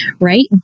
right